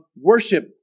worship